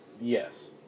Yes